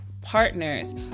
partners